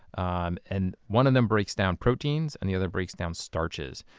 um and one of them breaks down proteins and the other breaks down starches.